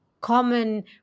common